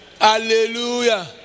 Hallelujah